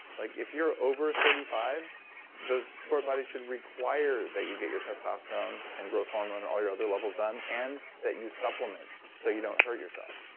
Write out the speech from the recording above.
like if you're over thirty five those sport bodies should require that you get your testosterone and growth hormone and all your other levels done and that you supplement so you don't hurt yourself.